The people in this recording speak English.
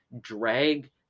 drag